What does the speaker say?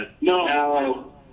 No